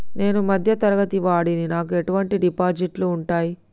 నేను మధ్య తరగతి వాడిని నాకు ఎటువంటి డిపాజిట్లు ఉంటయ్?